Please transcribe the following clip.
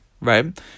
right